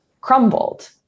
crumbled